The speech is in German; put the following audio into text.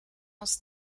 aus